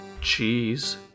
cheese